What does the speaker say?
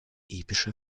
epische